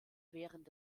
während